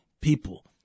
people